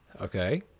okay